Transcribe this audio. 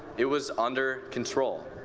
it was under control.